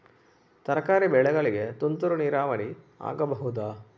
ತರಕಾರಿ ಬೆಳೆಗಳಿಗೆ ತುಂತುರು ನೀರಾವರಿ ಆಗಬಹುದಾ?